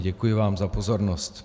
Děkuji vám za pozornost.